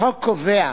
החוק קובע